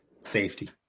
safety